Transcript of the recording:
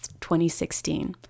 2016